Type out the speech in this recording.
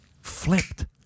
flipped